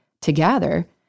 together